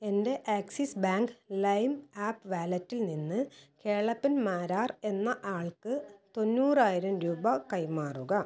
എൻ്റെ Axis bank lime app വാലറ്റിൽ നിന്ന് കേളപ്പൻ മാരാർ എന്ന ആൾക്ക് തൊണ്ണൂറായിരം രൂപ കൈമാറുക